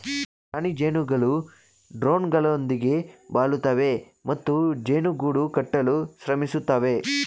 ರಾಣಿ ಜೇನುಗಳು ಡ್ರೋನ್ಗಳೊಂದಿಗೆ ಬಾಳುತ್ತವೆ ಮತ್ತು ಜೇನು ಗೂಡು ಕಟ್ಟಲು ಶ್ರಮಿಸುತ್ತವೆ